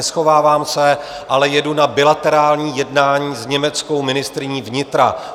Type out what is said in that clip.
Neschovávám se, ale jedu na bilaterální jednání s německou ministryní vnitra.